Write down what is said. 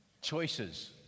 Choices